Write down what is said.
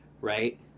right